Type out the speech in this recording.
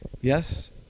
Yes